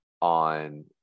on